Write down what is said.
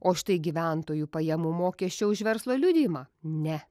o štai gyventojų pajamų mokesčio už verslo liudijimą ne